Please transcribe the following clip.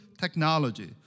technology